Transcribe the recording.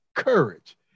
Courage